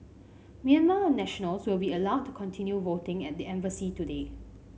Myanmar nationals will be allowed to continue voting at the embassy today